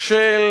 של